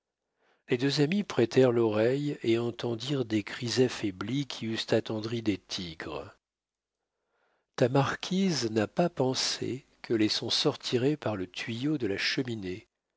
les deux amis prêtèrent l'oreille et entendirent des cris affaiblis qui eussent attendri des tigres ta marquise n'a pas pensé que les sons sortiraient par le tuyau de la cheminée